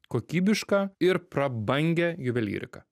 kokybišką ir prabangią juvelyriką